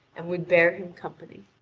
and would bear him company.